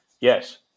Yes